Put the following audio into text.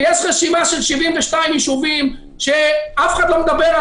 יש רשימה של 72 ישובים ואף אחד לא מדבר על